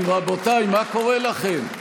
רבותיי, מה קורה לכם?